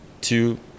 two